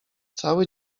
cały